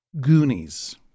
Goonies